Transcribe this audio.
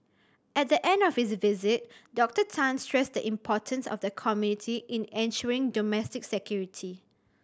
at the end of his visit Doctor Tan stressed the importance of the community in ensuring domestic security